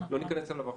ולא ניכנס אליו עכשיו,